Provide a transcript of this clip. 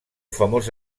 famós